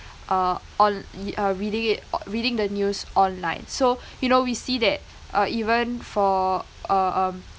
uh on~ y~ uh reading it o~ reading the news online so you know we see that uh even for uh um